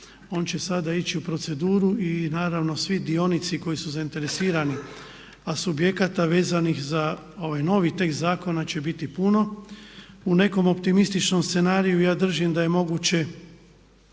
On će sada ići u proceduru i naravno svi dionici koji su zainteresirani a subjekata vezanih za ovaj novi tekst zakona će biti puno. U nekom optimističnom scenariju ja držim da je moguće